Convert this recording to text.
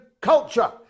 culture